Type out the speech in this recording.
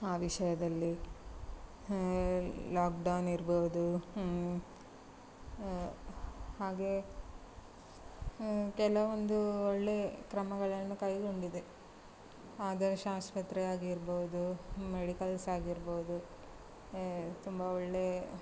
ಆ ವಿಷಯದಲ್ಲಿ ಲಾಕ್ಡೌನ್ ಇರಬವ್ದು ಹಾಗೆ ಕೆಲವೊಂದೂ ಒಳ್ಳೆ ಕ್ರಮಗಳನ್ನು ಕೈಗೊಂಡಿದೆ ಆದರ್ಶ ಆಸ್ಪತ್ರೆ ಆಗಿರಬವ್ದು ಮೆಡಿಕಲ್ಸ್ ಆಗಿರಬವ್ದು ತುಂಬ ಒಳ್ಳೇ